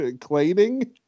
cleaning